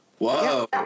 Whoa